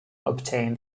obtain